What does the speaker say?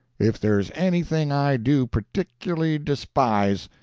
if there's anything i do particularly despise,